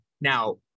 Now